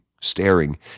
staring